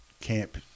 camp